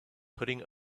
putting